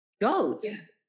goats